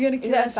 is that a song